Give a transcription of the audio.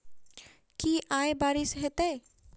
की आय बारिश हेतै?